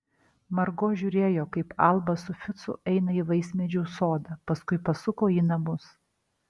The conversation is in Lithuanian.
margo žiūrėjo kaip alba su ficu eina į vaismedžių sodą paskui pasuko į namus